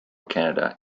canada